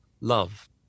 love